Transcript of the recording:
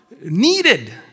needed